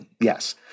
yes